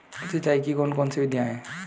सिंचाई की कौन कौन सी विधियां हैं?